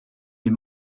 les